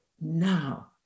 now